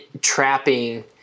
Trapping